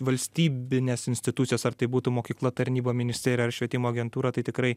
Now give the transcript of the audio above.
valstybinės institucijos ar tai būtų mokykla tarnyba ministerija ar švietimo agentūra tai tikrai